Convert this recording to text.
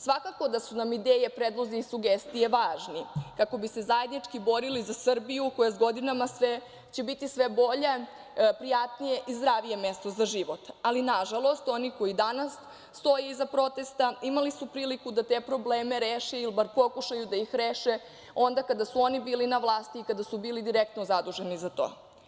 Svakako da su nam ideje, predlozi i sugestije važni kako bi se zajednički borili za Srbiju koja će s godinama biti sve bolje, prijatnije i zdravije mesto za život, ali nažalost, oni koji danas stoje iza protesta imali su priliku da te probleme reše ili bar pokušaju da ih reše onda kada su oni bili na vlasti i kada su bili direktno zaduženi za to.